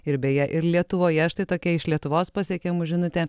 ir beje ir lietuvoje štai tokia iš lietuvos pasiekia mus žinutė